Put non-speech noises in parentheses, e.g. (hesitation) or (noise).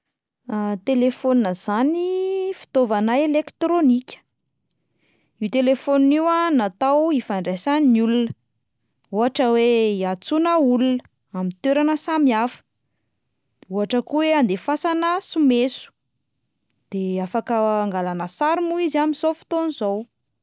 (hesitation) Telefaonina zany fitaovana elektrônika, io telefaonina io a natao ifandraisan'ny olona, ohatra hoe iantsoana olona amin'ny toerana samy hafa, ohatra koa hoe andefasana someso, de afaka a- angalana sary moa izy amin'izao fotoana izao.